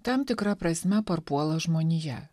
tam tikra prasme parpuola žmonija